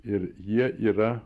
ir jie yra